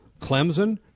Clemson